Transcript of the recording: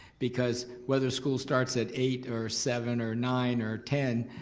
because whether school starts at eight or seven or nine or ten,